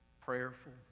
prayerful